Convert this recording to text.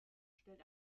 stellt